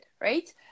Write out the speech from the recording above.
right